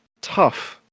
tough